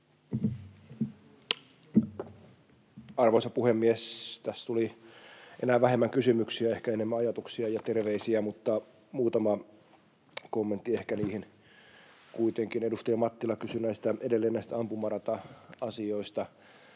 Arvoisa puhemies! Tässä tuli enää vähemmän kysymyksiä, ehkä enemmän ajatuksia ja terveisiä, mutta ehkä muutama kommentti niihin kuitenkin: Edustaja Mattila kysyi edelleen näistä ampumarata-asioista.